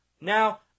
Now